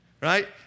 right